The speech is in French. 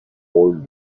rôles